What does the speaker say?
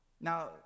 Now